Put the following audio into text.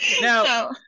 Now